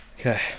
Okay